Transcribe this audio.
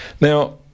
Now